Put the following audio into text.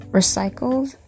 recycled